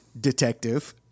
Detective